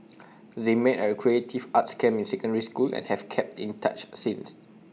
they met at A creative arts camp in secondary school and have kept in touch since